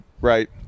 right